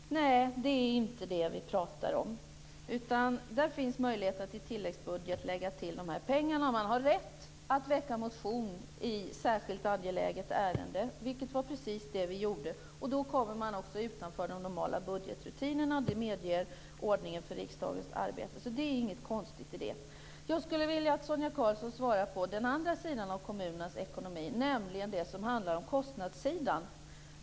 Herr talman! Nej, det är inte det vi pratar om. Det finns möjlighet att i tilläggsbudget lägga till pengarna. Man har rätt att väcka motion i särskilt angeläget ärende, vilket var precis det vi gjorde. Då kommer man också utanför de normala budgetrutinerna. Det medger ordningen för riksdagens arbete. Det är inget konstigt i det. Jag skulle vilja att Sonia Karlsson svarade på frågan om den andra sidan av kommunernas ekonomi, nämligen det som handlar om kostnadssidan.